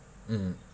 mmhmm